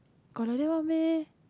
got like that one meh